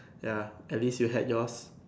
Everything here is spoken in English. ya at least you had yours